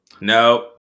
No